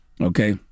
Okay